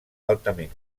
altament